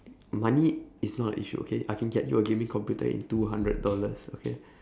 money is not an issue okay I can get you a gaming computer in two hundred dollars okay